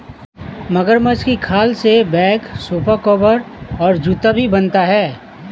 मगरमच्छ के खाल से बैग सोफा कवर और जूता भी बनता है